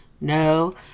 No